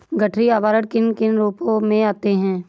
गठरी आवरण किन किन रूपों में आते हैं?